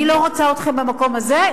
אני לא רוצה אתכם במקום הזה,